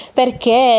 perché